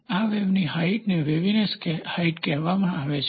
આ વેવની હાઇટને વેવીનેસ હાઇટ કહેવામાં આવે છે